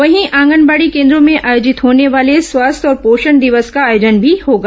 वहीं आंगनबाड़ी केन्द्रों में आयोजित होने वाले स्वास्थ्य और पोषण दिवस का आयोजन भी होगा